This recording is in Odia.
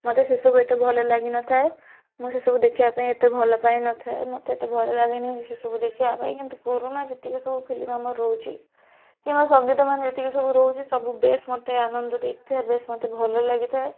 ମୋତେ ସେସବୁ ଏତେ ଭଲ ଲାଗିନଥାଏ ମୁଁ ସେସବୁ ଦେଖିବା ପାଇଁ ଏତେ ଭଲ ପାଇନଥାଏ ମୋତେ ଏତେ ଭଲ ଲାଗେନି ସେସବୁ ଦେଖିବା ପାଇଁ କିନ୍ତୁ ପୁରୁଣା ଯେତିକି ସବୁ ଫିଲ୍ମ ଆମର ରହୁଛି କିମ୍ବା ସଙ୍ଗୀତମାନ ଯେତିକି ସବୁ ରହୁଛି ସବୁ ବେଶ୍ ମୋତେ ଆନନ୍ଦ ଦେଇଥାଏ ବେଶ୍ ମୋତେ ଭଲ ଲାଗିଥାଏ